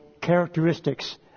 characteristics